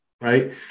right